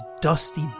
dusty